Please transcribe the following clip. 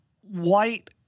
white